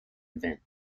event